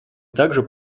также